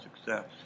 success